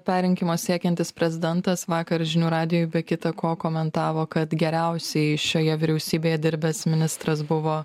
perrinkimo siekiantis prezidentas vakar žinių radijui be kita ko komentavo kad geriausiai šioje vyriausybėje dirbęs ministras buvo